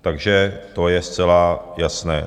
Takže to je zcela jasné.